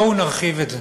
בואו נרחיב את זה.